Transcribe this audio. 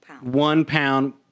one-pound